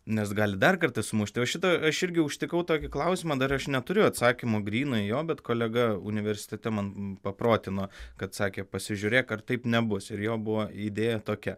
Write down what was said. nes gali dar kartą sumušti o šito aš irgi užtikau tokį klausimą dar aš neturiu atsakymo grynai jo bet kolega universitete man paprotino kad sakė pasižiūrėk ar taip nebus ir jo buvo idėja tokia